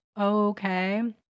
okay